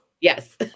Yes